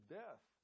death